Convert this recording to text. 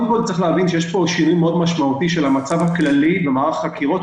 צריך להבין שיש פה שינוי משמעותי של המצב הכללי במערך החקירות,